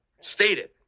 stated